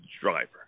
driver